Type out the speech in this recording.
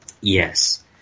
yes